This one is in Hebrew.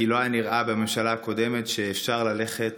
כי לא היה נראה בממשלה הקודמת שאפשר ללכת